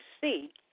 see